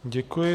Děkuji.